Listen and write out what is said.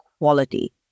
quality